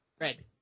Red